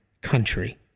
country